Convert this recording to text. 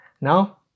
now